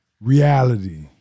reality –